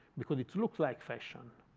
because it looks like fashion.